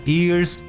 ears